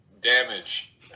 Damage